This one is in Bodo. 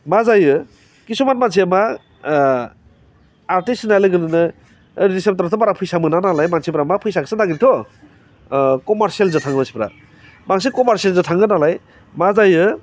मा जायो खिसुमान मानसिया मा आर्टिस्त होननाय लोगो लोगोनो बारा फैसा मोना नालाय मानसिफ्रा मा फैसाखौसो नागिरोथ' कमारसियेलजों थाङो मानसिफ्रा बांसिन कमारसियेलजों थाङो नालाय मा जायो